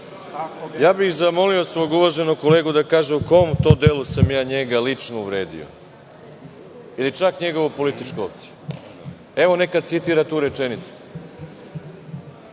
Zamolio bih svog uvaženog kolegu da kaže u kom tom delu sam ja njega lično uvredio ili čak njegovu političku opciju? Neka citira tu rečenicu.